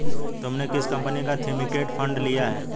तुमने किस कंपनी का थीमेटिक फंड लिया है?